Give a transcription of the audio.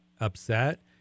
upset